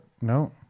No